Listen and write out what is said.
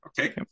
okay